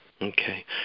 Okay